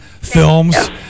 films